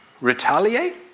Retaliate